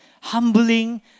humbling